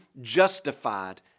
justified